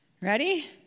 Ready